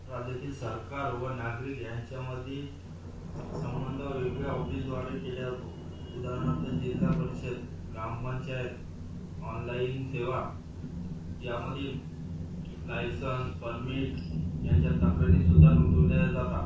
राज्यातील सरकार व नागरिक यांच्यामधील संबंध वेगवेगळ्या ऑफिसद्वारे केला जातो उदाहरणार्थ जिल्हापरिषद ग्रामपंचायत ऑनलाइन सेवा यामध्ये लायसन्स परमीट यांच्या तक्रारीसुद्धा नोंदविल्या जातात